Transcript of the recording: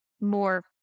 more